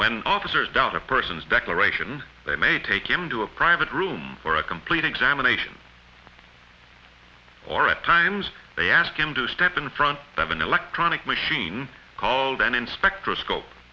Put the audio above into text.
when officers doubt a person's declaration they may take him to a private room for a complete examination or at times they ask him to step in front of an electronic machine called an inspector